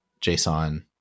JSON